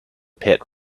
pit